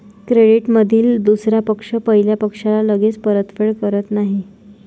क्रेडिटमधील दुसरा पक्ष पहिल्या पक्षाला लगेच परतफेड करत नाही